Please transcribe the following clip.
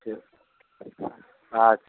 ठीक अच्छा